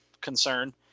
concern